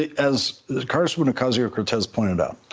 as as congresswoman ocasio-cortez pointed out,